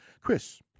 Chris